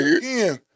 Again